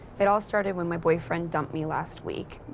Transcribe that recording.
it all started when my boyfriend dumped me last week.